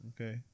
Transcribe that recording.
Okay